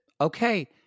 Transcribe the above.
okay